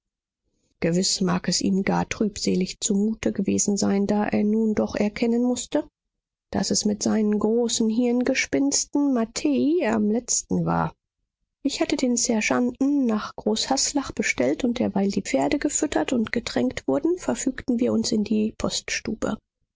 gewiß mag es ihm gar trübselig zumute gewesen sein da er nun doch erkennen mußte daß es mit seinen großen hirngespinsten matthäi am letzten war ich hatte den sergeanten nach großhaslach bestellt und derweil die pferde gefüttert und getränkt wurden verfügten wir uns in die